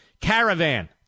Caravan